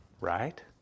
right